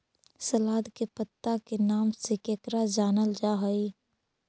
सलाद के पत्ता के नाम से केकरा जानल जा हइ?